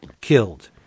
killed